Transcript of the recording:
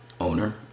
owner